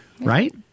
Right